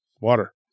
water